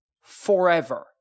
forever